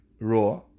raw